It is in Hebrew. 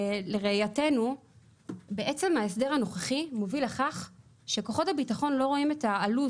לראייתנו בעצם ההסדר הנוכחי מוביל לכך שכוחות הביטחון לא רואים את העלות